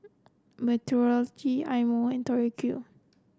Mentholatum Eye Mo when Tori Q